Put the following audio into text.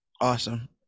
Awesome